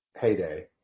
heyday